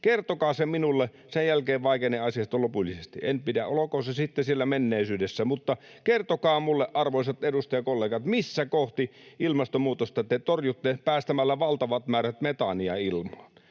Kertokaa se minulle, sen jälkeen vaikenen asiasta lopullisesti. Olkoon se sitten siellä menneisyydessä, mutta kertokaa minulle, arvoisat edustajakollegat: missä kohti te torjutte ilmastonmuutosta päästämällä valtavat määrät metaania ilmaan?